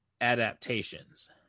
adaptations